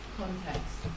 context